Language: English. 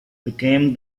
became